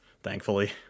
Thankfully